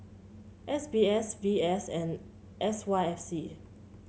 S B S V S and S Y F C